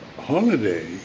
holiday